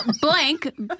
blank